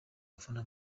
bafana